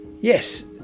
Yes